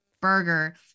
burger